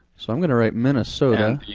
so i'm gonna write minnesota.